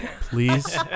Please